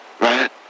right